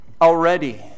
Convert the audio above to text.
already